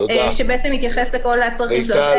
שמתייחס לכל הצרכים שלו.